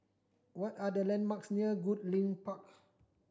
what are the landmarks near Goodlink Park